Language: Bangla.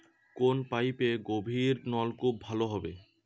কোন পাইপে গভিরনলকুপ ভালো হবে?